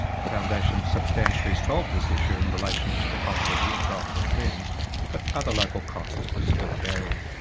the foundation substantially solved this issue in relation to the cost of the intraocular lens but other local costs were still a barrier.